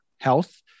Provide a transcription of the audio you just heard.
health